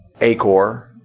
Acor